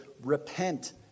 repent